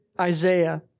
Isaiah